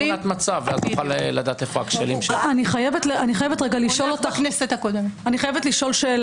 אני חייבת רגע לשאול אותך שאלה.